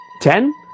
ten